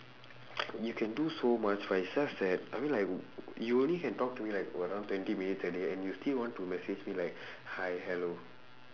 you can do so much but it's just that I mean like you only can talk to me like around twenty minutes like that and you still want to message me like hi hello